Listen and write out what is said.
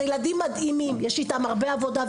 זה ילדים מדהימים, יש איתם הרבה עבודה.